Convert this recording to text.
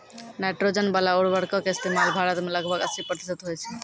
nitrogen बाला उर्वरको के इस्तेमाल भारत मे लगभग अस्सी प्रतिशत होय छै